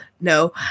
no